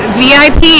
vip